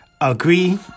Agree